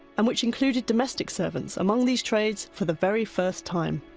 and which included domestic servants among these trades for the very first time.